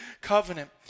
covenant